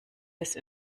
des